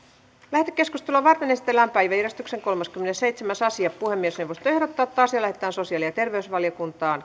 lähetekeskustelua varten esitellään päiväjärjestyksen kolmaskymmenesseitsemäs asia puhemiesneuvosto ehdottaa että asia lähetetään sosiaali ja terveysvaliokuntaan